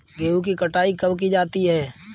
गेहूँ की कटाई कब की जाती है?